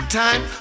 time